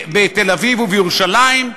בתל-אביב ובירושלים?